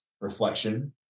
reflection